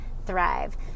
Thrive